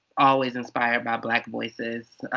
always inspired by black voices.